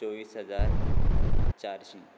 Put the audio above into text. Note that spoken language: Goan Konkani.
चोव्वीस हजार चारशीं